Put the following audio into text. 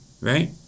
right